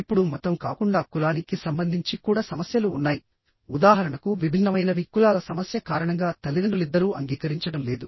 ఇప్పుడు మతం కాకుండా కులాని కి సంబంధించి కూడ సమస్యలు ఉన్నాయి ఉదాహరణకు విభిన్నమైనవి కులాల సమస్య కారణంగా తల్లిదండ్రులిద్దరూ అంగీకరించడం లేదు